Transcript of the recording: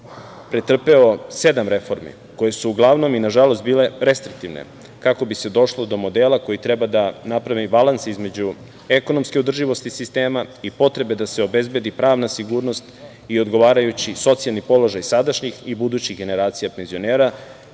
pretrpeo sedam reformi koje su uglavnom i nažalost bile restriktivne, kako bi se došlo do modela koji treba da napravi balans između ekonomske održivosti sistema i potrebe da se obezbedi pravna sigurnost i odgovarajući socijalni položaj sadašnjih i budućih generacija penzionera,